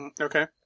Okay